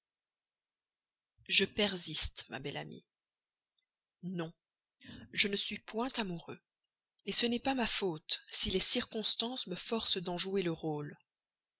je persiste ma belle amie non je ne suis point amoureux ce n'est pas ma faute si les circonstances me forcent d'en jouer le rôle